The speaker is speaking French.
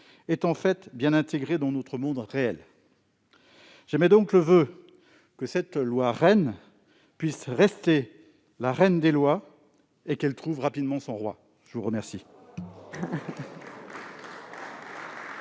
est en fait bien intégré dans notre monde réel. J'émets donc le voeu que cette loi REEN puisse rester la reine des lois, et qu'elle trouve rapidement son roi ! La parole